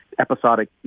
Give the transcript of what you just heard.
episodic